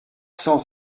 cent